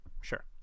Sure